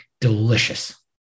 delicious